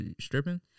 stripping